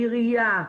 העירייה,